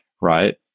right